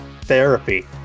therapy